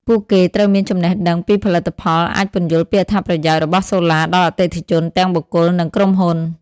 ពួកគេត្រូវមានចំណេះដឹងពីផលិតផលអាចពន្យល់ពីអត្ថប្រយោជន៍របស់សូឡាដល់អតិថិជន ទាំងបុគ្គល និងក្រុមហ៊ុន។